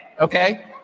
okay